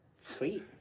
sweet